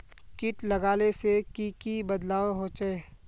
किट लगाले से की की बदलाव होचए?